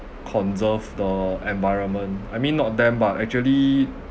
conserve the environment I mean not them but actually